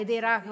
era